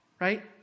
Right